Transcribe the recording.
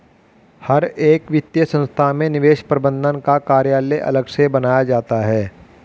हर एक वित्तीय संस्था में निवेश प्रबन्धन का कार्यालय अलग से बनाया जाता है